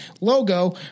logo